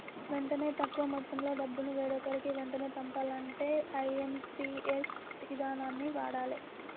వెంటనే తక్కువ మొత్తంలో డబ్బును వేరొకరికి వెంటనే పంపాలంటే ఐ.ఎమ్.పి.ఎస్ ఇదానాన్ని వాడాలే